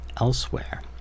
elsewhere